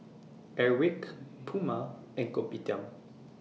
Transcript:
Airwick Puma and Kopitiam